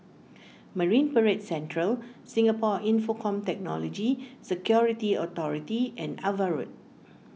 Marine Parade Central Singapore Infocomm Technology Security Authority and Ava Road